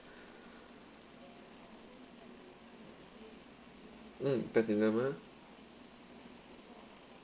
mm platinum ah